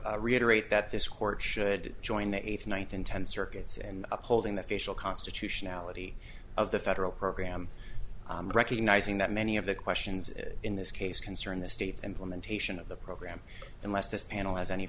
we reiterate that this court should join the eighth ninth and tenth circuits and upholding the official constitutionality of the federal program recognizing that many of the questions in this case concern the states and lamentation of the program unless this panel has any